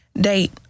date